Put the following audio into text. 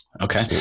Okay